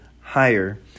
higher